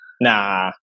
Nah